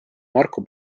marko